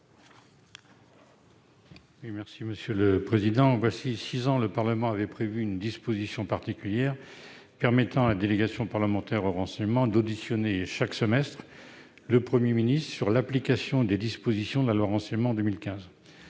M. Yannick Vaugrenard. Voilà six ans, le Parlement avait prévu une disposition particulière permettant à la délégation parlementaire au renseignement d'auditionner chaque semestre le Premier ministre sur l'application des dispositions de la loi Renseignement de 2015.